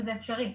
וזה אפשרי.